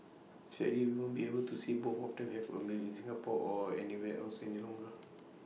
sadly we won't be able to see both of them have A meal in Singapore or anywhere else any longer